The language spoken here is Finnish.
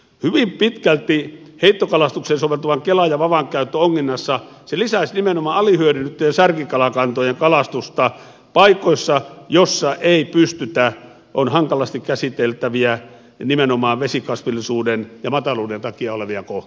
hyvin pitkälti heittokalastukseen soveltuvan kelan ja vavan käyttö onginnassa lisäisi nimenomaan alihyödynnettyjen särkikalakantojen kalastusta paikoissa joissa ei pystytä on hankalasti käsiteltäviä ja nimenomaan vesikasvillisuuden ja mataluuden takia kohtia